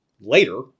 later